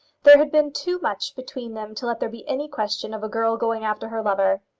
there had been too much between them to let there be any question of a girl going after her lover.